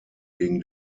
wegen